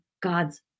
God's